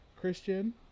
Christian